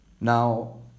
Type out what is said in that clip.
Now